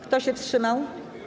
Kto się wstrzymał?